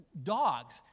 Dogs